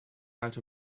out